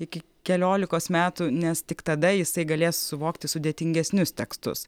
iki keliolikos metų nes tik tada jisai galės suvokti sudėtingesnius tekstus